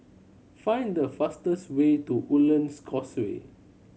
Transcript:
find the fastest way to Woodlands Causeway